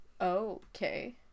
okay